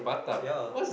ya